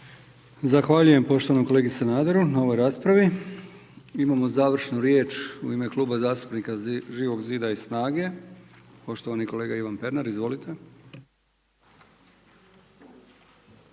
Zahvaljujem poštovanom kolegi Sanaderu na ovoj raspravi. Imamo završnu riječ u ime Kluba zastupnika Živog zida i SNAGE. Poštovani kolega Ivan Pernar. Izvolite.